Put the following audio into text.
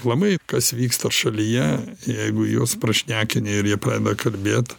labai kas vyksta šalyje jeigu juos prašnekini ir jie pradeda kalbėt